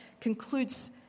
concludes